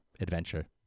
adventure